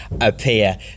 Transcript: appear